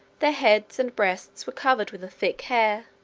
their heads and breasts were covered with a thick hair,